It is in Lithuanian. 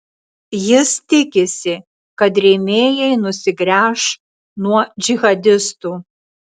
jis tikisi kad rėmėjai nusigręš nuo džihadistų